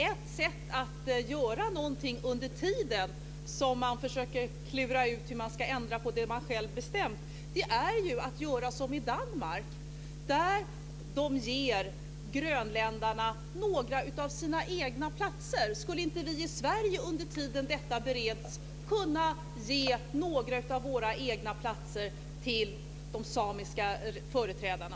Ett sätt att göra någonting under tiden som man försöker klura ut hur man ska ändra på det man själv bestämt är att göra som i Danmark. Där ger man grönländarna några av sina egna platser. Skulle inte vi i Sverige under tiden detta bereds kunna ge några av våra egna platser till de samiska företrädarna?